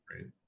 right